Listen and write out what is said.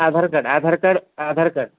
Aadhaar card Aadhaar card Aadhaar card